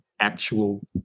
actual